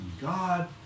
God